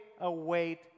await